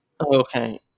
Okay